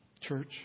church